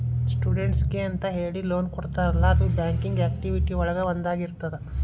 ಸ್ಟೂಡೆಂಟ್ಸಿಗೆಂತ ಹೇಳಿ ಲೋನ್ ಕೊಡ್ತಾರಲ್ಲ ಅದು ಬ್ಯಾಂಕಿಂಗ್ ಆಕ್ಟಿವಿಟಿ ಒಳಗ ಒಂದಾಗಿರ್ತದ